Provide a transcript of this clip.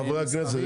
חברי הכנסת,